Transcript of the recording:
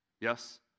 Yes